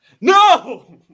no